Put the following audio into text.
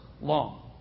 long